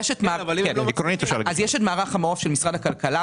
יש את מערך המעוף של משרד הכלכלה,